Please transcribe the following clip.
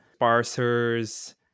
parsers